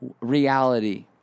reality